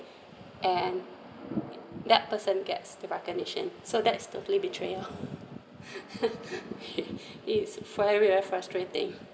and that person gets the recognition so that's totally betrayal is very a frustrating